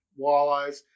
walleyes